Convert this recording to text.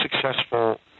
successful